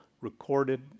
recorded